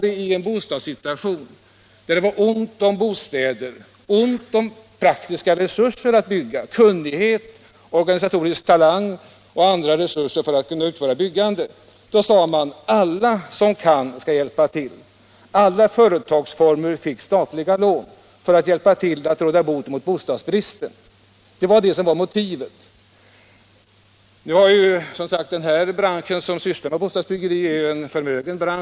Det var i en bostadssituation där det var ont om bostäder, ont om praktiska resurser när det gällde att bygga: kunnighet, organisatorisk talang och andra resurser för att kunna genomföra byggandet. Då sade man: Alla som kan skall hjälpa till. Därför fick alla företagsformer statliga lån för att hjälpa till att råda bot på bostadsbristen. Detta var motivet. Nu är, som sagt, den här branschen som sysslar med bostadsbyggeri en förmögen bransch.